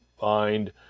find